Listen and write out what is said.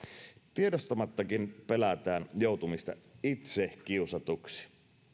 tiedostamattakin pelätään joutumista itse kiusatuksi